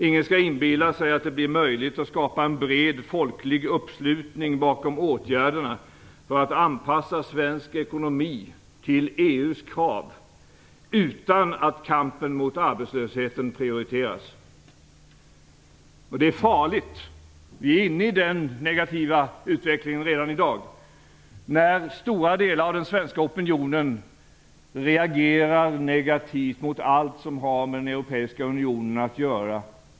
Ingen skall inbilla sig att det blir möjligt att skapa en bred folklig uppslutning bakom åtgärderna för att anpassa svensk ekonomi till EU:s krav utan att kampen mot arbetslösheten prioriteras. Det är farligt - och vi är redan i dag inne i den negativa utvecklingen - när stora delar av den svenska opinionen reagerar negativt mot allt som har med den europeiska unionen att göra.